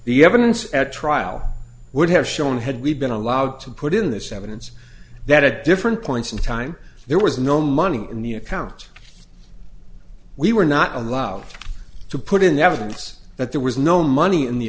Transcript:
the evidence at trial would have shown had we been allowed to put in this evidence that at different points in time there was no money in the account we were not allowed to put in evidence that there was no money in the